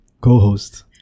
co-host